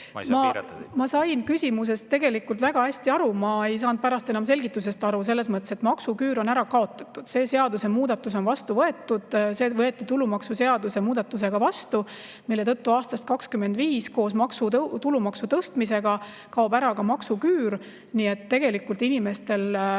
Ma sain küsimusest väga hästi aru. Ma ei saanud pärast enam selgitusest aru selles mõttes, et maksuküür on ära kaotatud, see seadusemuudatus on vastu võetud. See võeti vastu tulumaksuseaduse muudatusega, mille tõttu aastast 2025 koos tulumaksu tõstmisega kaob ära ka maksuküür. Nii et inimestel